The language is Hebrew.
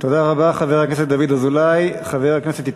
תודה רבה, חבר הכנסת דוד אזולאי.